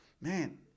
man